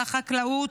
לחקלאות,